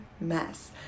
mess